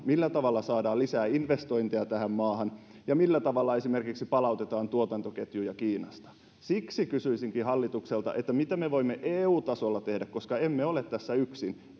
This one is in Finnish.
millä tavalla saadaan lisää investointeja tähän maahan ja millä tavalla esimerkiksi palautetaan tuotantoketjuja kiinasta siksi kysyisinkin hallitukselta mitä me voimme eu tasolla tehdä eu tasoisia ratkaisuja koska emme ole tässä yksin